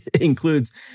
includes